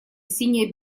синяя